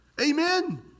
Amen